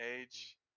age